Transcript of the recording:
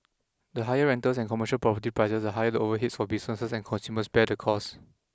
the higher the rentals and commercial property prices the higher the overheads for businesses and consumers bear the costs